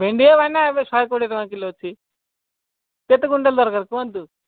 ଭେଣ୍ଡି ଆଉ ଭାଇନା ଏବେ ଶହେ କୋଡ଼ିଏ ଟଙ୍କା କିଲୋ ଅଛି କେତେ କ୍ୟୁଣ୍ଟାଲ ଦରକାର କୁହନ୍ତୁ